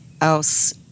else